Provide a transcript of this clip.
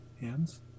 hands